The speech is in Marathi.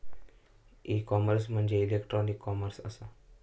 ई कॉमर्स म्हणजे इलेक्ट्रॉनिक कॉमर्स असा